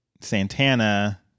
Santana